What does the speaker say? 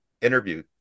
interview